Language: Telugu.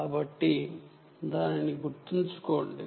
కాబట్టి దానిని గుర్తుంచుకోండి